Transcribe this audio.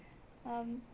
um